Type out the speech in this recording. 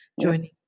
joining